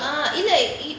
ah இல்ல:illa